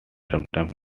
sometimes